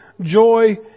joy